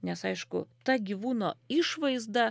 nes aišku ta gyvūno išvaizda